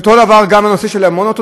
אותו דבר גם בנושא של המעונות,